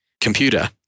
computer